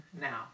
now